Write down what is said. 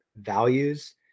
Values